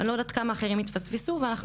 אני לא יודעת כמה אחרים התפספסו ואנחנו